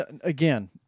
Again